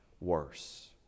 worse